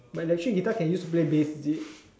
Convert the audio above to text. but electric guitar can use to play bass is it